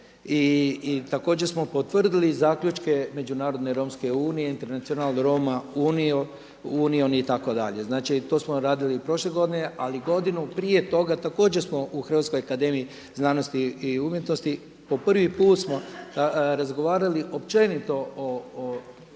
I također smo potvrdili zaključke Međunarodne romske unije International Roma union itd. Znači to smo radili prošle godine. Ali godinu prije toga također smo u Hrvatskoj akademiji znanosti i umjetnosti po prvi put smo razgovarali općenito o